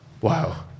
Wow